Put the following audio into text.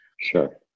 Sure